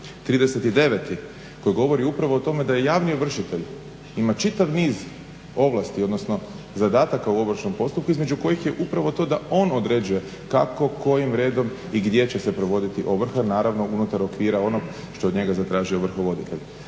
39. koji govori upravo o tome da je javni ovršitelj ima čitav niz ovlasti, odnosno zadataka u ovršnom postupku između kojih je upravo to da on određuje kako, kojim redom i gdje će se provoditi ovrha naravno unutar okvira onog što je od njega zatražio vrhovoditelj.